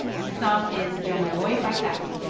and the song is yo me voy pa' cali.